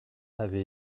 avait